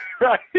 right